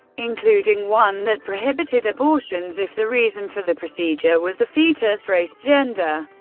including one that prohibited abortions if the reason for the procedure was the fetus's race, gender,